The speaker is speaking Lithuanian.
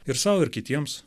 ir sau ir kitiems